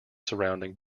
surrounding